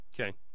Okay